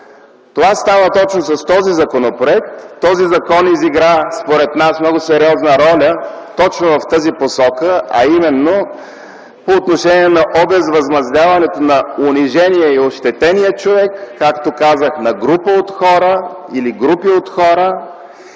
Това става точно с този законопроект. Според нас този закон изигра много сериозна роля точно в тази посока – именно по отношение овъзмездяването на унижения и ощетения човек, както казах – на хора или групи от хора,